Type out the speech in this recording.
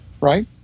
Right